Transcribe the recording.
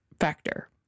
factor